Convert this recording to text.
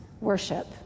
worship